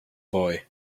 boy